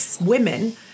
women